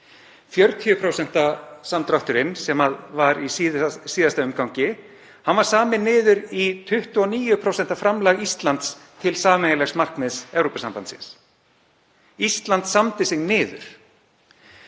40% samdráttur, sem var í síðasta umgangi, var saminn niður í 29% framlag Íslands til sameiginlegs markmiðs Evrópusambandsins. Ísland samdi sig niður.